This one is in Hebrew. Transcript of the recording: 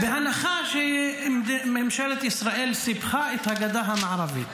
-- בהנחה שממשלת ישראל סיפחה את הגדה המערבית